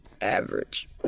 average